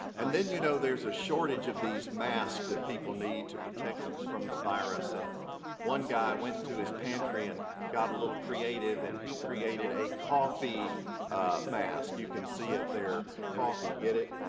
and then you know there's a shortage of these masks that people need to protect them from the virus. and one guy went into his pantry and got a little creative and he created a coughy mask. you can see it there. coughy, get it?